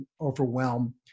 overwhelm